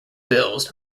bills